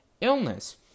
illness